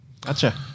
Gotcha